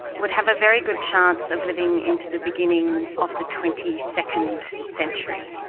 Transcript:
would have a very good chance of living into the beginning of the twenty second century.